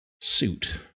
suit